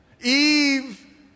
Eve